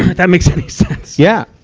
that makes and sense. yeah.